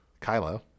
Kylo